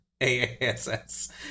AASS